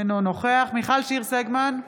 אינו נוכח מיכל שיר סגמן,